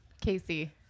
Casey